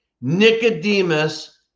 Nicodemus